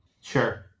Sure